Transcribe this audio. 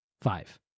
Five